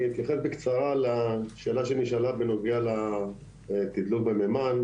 אני אתייחס בקצרה לשאלה שנשאלה בנוגע לתדלוק במימן,